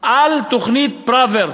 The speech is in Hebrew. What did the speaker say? על תוכנית פראוור,